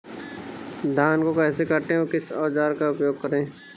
धान को कैसे काटे व किस औजार का उपयोग करें?